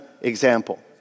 example